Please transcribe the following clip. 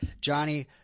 Johnny